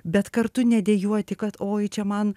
bet kartu nedejuoti kad oi čia man